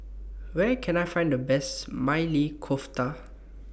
Where Can I Find The Best Maili Kofta